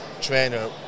trainer